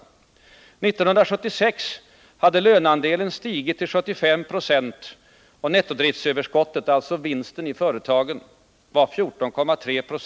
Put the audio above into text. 1976 hade löneandelen stigit till 75 70 och nettodriftsöverskottet, dvs. vinsten i företagen, sjunkit till 14,3 20.